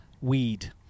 Weed